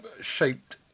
shaped